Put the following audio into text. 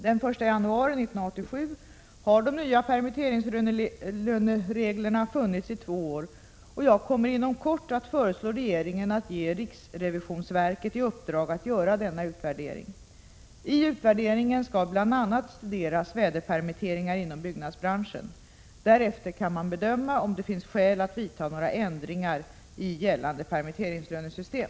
Den 1 januari 1987 har de nya permitteringsreglerna fungerat i två år, och jag kommer inom kort att föreslå regeringen att ge riksrevisionsverket i uppdrag att göra denna utvärdering. I utvärderingen skall bl.a. studeras väderpermitteringar inom byggnadsbranschen. Därefter kan man bedöma om det finns skäl att vidta några ändringar i gällande permitteringslönesystem.